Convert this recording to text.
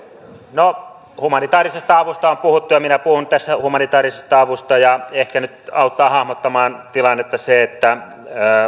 no humanitäärisesta avusta on puhuttu ja minä puhun tässä humanitäärisestä avusta ehkä nyt auttaa hahmottamaan tilannetta se että